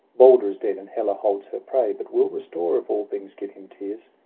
balder is dead, and hela holds her prey, but will restore, if all things give him tears.